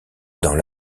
dans